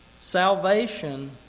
Salvation